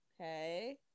Okay